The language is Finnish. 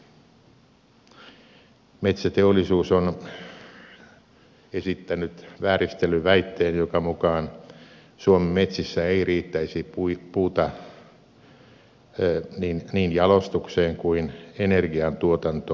metsäteollisuus on esittänyt vääristellyn väitteen jonka mukaan suomen metsissä ei riittäisi puuta niin jalostukseen kuin energiantuotantoonkin